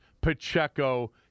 Pacheco